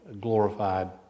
glorified